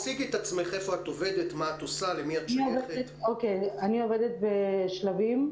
אני עובדת כמורה ב"שלבים"